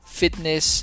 fitness